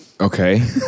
okay